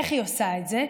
איך היא עושה את זה?